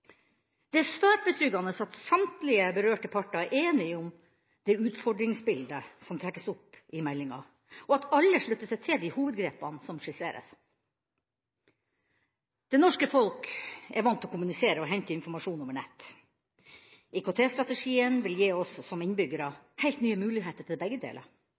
Det er svært betryggende at samtlige berørte parter er enige om det utfordringsbildet som trekkes opp i meldinga, og at alle slutter seg til de hovedgrepene som skisseres. Det norske folk er vant til å kommunisere og hente informasjon over nett. IKT-strategien vil gi oss som innbyggere helt nye muligheter til begge deler: